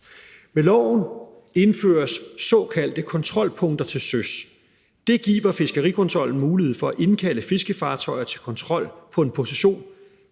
Med loven indføres såkaldte kontrolpunkter til søs. Det giver fiskerikontrollen mulighed for at indkalde fiskefartøjer til kontrol på en position